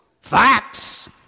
facts